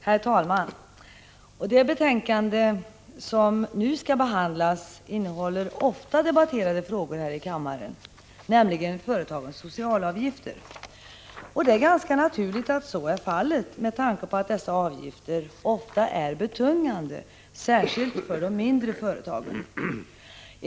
Herr talman! Det betänkande som nu skall behandlas innehåller ofta debatterade frågor här i kammaren, nämligen om företagens socialavgifter. Det är ganska naturligt att så är fallet med tanke på att dessa avgifter ofta är betungande, särskilt för de mindre företagen.